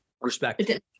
Respect